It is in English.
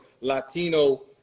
latino